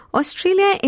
Australia